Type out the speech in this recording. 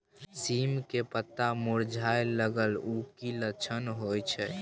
सीम के पत्ता मुरझाय लगल उ कि लक्षण होय छै?